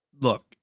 look